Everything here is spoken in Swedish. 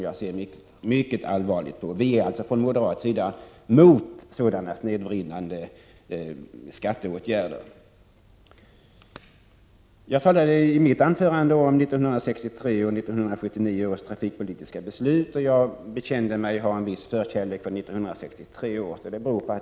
Jag ser mycket allvarligt på detta. Vi moderater är alltså emot snedvridande skatteåtgärder. I mitt anförande talade jag om 1963 coh 1979 års trafikpolitiska beslut och bekände att jag har en viss förkärlek för 1963 års beslut.